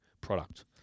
product